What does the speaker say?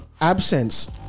absence